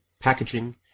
Packaging